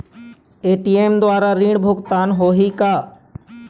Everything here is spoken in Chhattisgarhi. ए.टी.एम द्वारा ऋण भुगतान होही का?